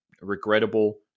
regrettable